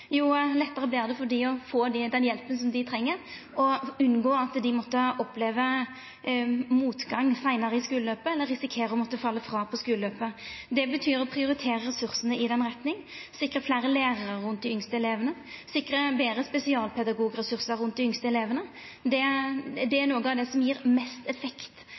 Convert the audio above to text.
jo lettare vert det for dei å få den hjelpa som dei treng, og å unngå at dei opplever motgang seinare i skuleløpet eller risikerer å falle frå i skuleløpet. Det betyr å prioritera ressursane i den retninga, sikra fleire lærerar rundt dei yngste elevane og sikra betre spesialpedagogressursar rundt dei yngste elevane. Det er noko av det som gjev mest effekt